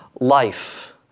life